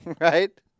right